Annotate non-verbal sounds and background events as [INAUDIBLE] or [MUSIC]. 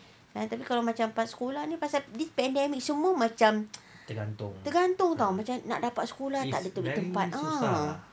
kan tapi kalau macam pasal sekolah ni pasal this pandemic semua macam [NOISE] tergantung [tau] macam nak dapat sekolah tak ada betul tempat ah